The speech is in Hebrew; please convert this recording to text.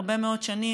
הרבה מאוד שנים,